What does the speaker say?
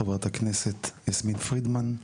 חברת הכנסת יסמין פרידמן.